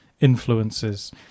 influences